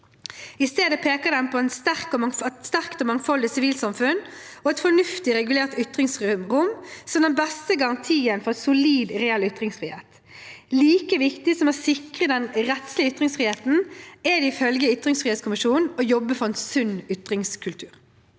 I stedet peker den på et sterkt og mangfoldig sivilsamfunn og et fornuftig regulert ytringsrom som den beste garantien for en solid reell ytringsfrihet. Like viktig som å sikre den rettslige ytringsfriheten er det ifølge ytringsfrihetskommisjonen å jobbe for en sunn ytringskultur.